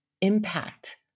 impact